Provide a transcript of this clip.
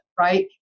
right